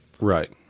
Right